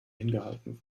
hingehalten